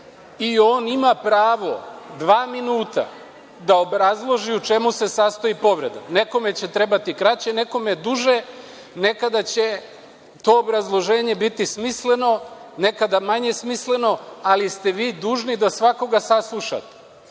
i on ima pravo dva minuta da obrazloži u čemu se sastoji povreda. Nekome će trebati kraće, nekome duže, nekada će to obrazloženje biti smisleno, nekada manje smisleno, ali ste vi dužni da svakoga saslušate. Postoji